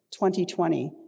2020